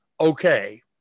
okay